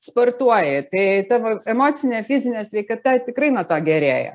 sportuoji tai tavo emocinė fizinė sveikata tikrai nuo to gerėja